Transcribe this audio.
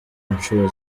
incuro